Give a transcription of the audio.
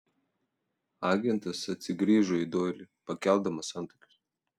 agentas atsigrįžo į doilį pakeldamas antakius